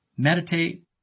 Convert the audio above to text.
Meditate